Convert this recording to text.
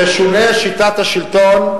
תשונה שיטת השלטון,